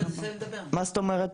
מה זאת אומרת?